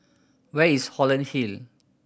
where is Holland Hill